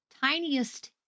tiniest